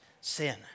sin